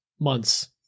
Months